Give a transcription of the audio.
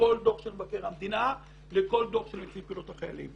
לכל דוח של מבקר המדינה לכל דוח של נציב קבילות החיילים.